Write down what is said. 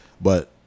But-